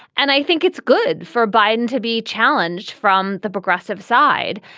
and i think it's good for biden to be challenged from the progressive side.